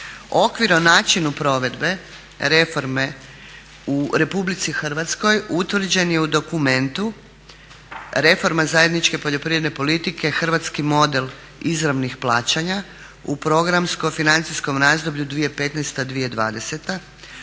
Okvir o načinu provedbe reforme u Republici Hrvatskoj utvrđen je u dokumentu Reforma zajedničke poljoprivredne politike, hrvatski model izravnih plaćanja u programsko-financijskom razdoblju 2015.-2020.